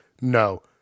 No